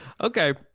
okay